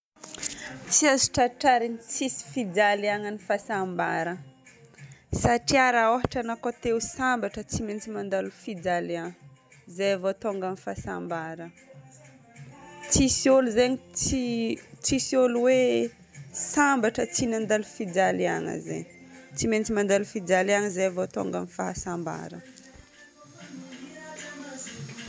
Tsy azo tratrarigna tsisy fijaliagna ny fahasambarana satria raha ôhatra anao koa te ho sambatra tsy maintsy mandalo fijaliagna zay vao tonga amin'ny fahasambarana. Tsisy olo zegny tsy- tsisy olo hoe sambatra tsy nandalo fijaliagna zegny. Tsy maintsy mandalo fijaliagna zay vao tonga amin'ny fahasambarana.